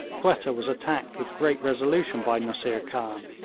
quetta was attacked with great resolution by nusseer khan,